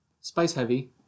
spice-heavy